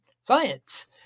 science